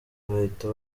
bahita